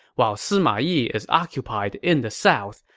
while sima yi is occupied in the south,